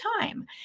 time